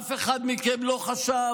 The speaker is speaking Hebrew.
אף אחד מכם לא חשב